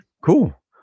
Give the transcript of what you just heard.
cool